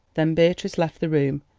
then beatrice left the room,